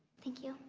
thank you.